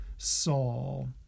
Saul